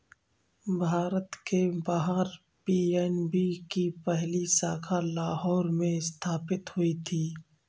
भारत के बाहर पी.एन.बी की पहली शाखा लाहौर में स्थापित हुई थी